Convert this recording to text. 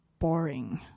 Boring